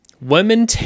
women